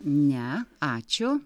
ne ačiū